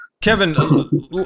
Kevin